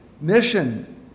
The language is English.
mission